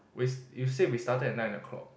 you say we started at nine o'clock